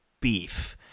beef